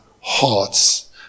hearts